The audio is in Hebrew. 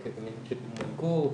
עקב בעיות של דימוי גוף,